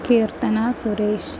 Keerthana Suresh